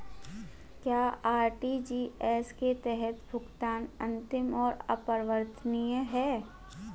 क्या आर.टी.जी.एस के तहत भुगतान अंतिम और अपरिवर्तनीय है?